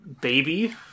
Baby